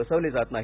बसवले जात नाही